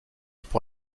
pour